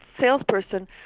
salesperson